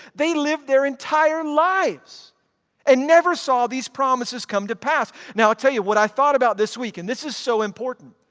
they lived their entire lives and never saw these promises come to pass. now i'll tell you what i thought about this week, and this is so important.